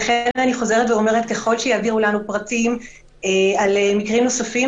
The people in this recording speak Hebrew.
לכן אני חוזרת ואומרת שככל שיעבירו לנו פרטים על מקרים נוספים,